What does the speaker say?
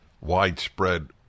widespread